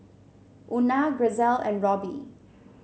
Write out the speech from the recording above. Una Grisel and Roby